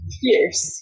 fierce